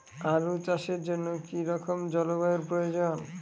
আলু চাষের জন্য কি রকম জলবায়ুর প্রয়োজন?